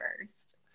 first